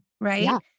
right